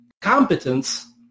competence